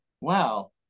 wow